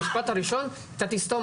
אומרים אתה תסתום,